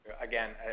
again